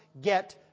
get